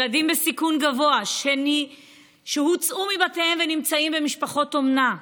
ילדים בסיכון גבוה שהוצאו מבתיהם ונמצאים במשפחות אומנה.